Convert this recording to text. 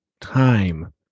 time